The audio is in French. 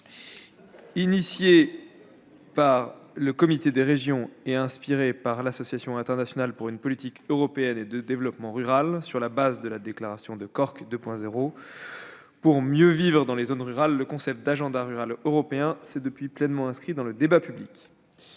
Inventé par le Comité des régions et inspiré par l'Association internationale pour une politique européenne et de développement rural, sur la base de la déclaration de Cork 2.0 pour une vie meilleure en milieu rural, le concept d'agenda rural européen s'est pleinement inscrit dans le débat public.